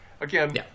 again